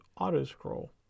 auto-scroll